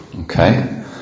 Okay